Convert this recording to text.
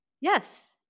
Yes